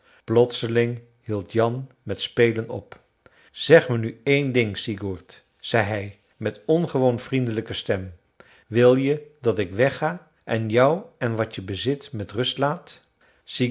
plotseling hield jan met spelen op zeg me nu één ding sigurd zei hij met ongewoon vriendelijke stem wil je dat ik wegga en jou en wat je bezit met rust laat